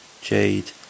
jade